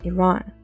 Iran